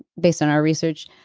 based on our research.